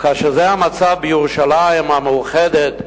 וכאשר זה המצב בירושלים המאוחדת,